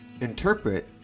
interpret